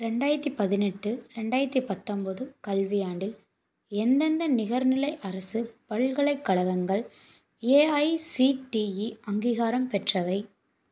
ரெண்டாயிரத்தி பதினெட்டு ரெண்டாயிரத்தி பத்தந்போது கல்வியாண்டில் எந்தெந்த நிகர்நிலை அரசு பல்கலைக்கழகங்கள் ஏஐசிடிஇ அங்கீகாரம் பெற்றவை